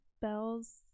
bells